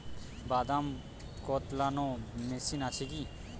বাদাম কদলানো মেশিন আছেকি?